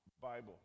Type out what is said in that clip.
Bible